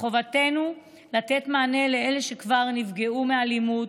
מחובתנו לתת מענה לאלו שכבר נפגעו מאלימות,